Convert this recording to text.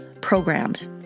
programmed